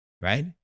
right